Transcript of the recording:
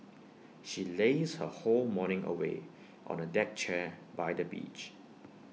she lazed her whole morning away on A deck chair by the beach